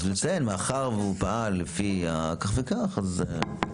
אז נציין, מאחר והוא פעל לפי כך וכך, אז.